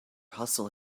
hustle